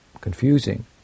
confusing